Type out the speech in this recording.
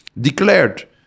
declared